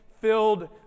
filled